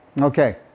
Okay